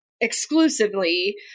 exclusively